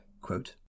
Quote